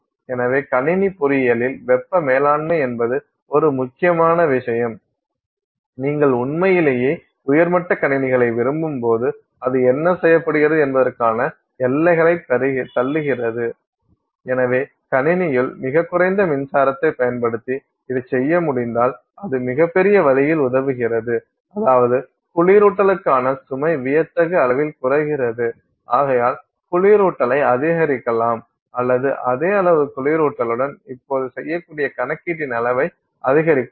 எனவே கணினி பொறியியலில் வெப்ப மேலாண்மை என்பது ஒரு மிக முக்கியமான விஷயம் நீங்கள் உண்மையிலேயே உயர்மட்ட கணினிகளை விரும்பும்போது அது என்ன செய்யப்படுகிறது என்பதற்கான எல்லைகளைத் தள்ளுகிறது எனவே கணினியினுள் மிகக் குறைந்த மின்சாரத்தைப் பயன்படுத்தி இதைச் செய்ய முடிந்தால் அது மிகப்பெரிய வழியில் உதவுகிறது அதாவது குளிரூட்டலுக்கான சுமை வியத்தகு அளவில் குறைகிறது ஆகையால் குளிரூட்டல்லை அதிகரிக்கலாம் அல்லது அதே அளவு குளிரூட்டலுடன் இப்போது செய்யக்கூடிய கணக்கீட்டின் அளவை அதிகரிக்கலாம்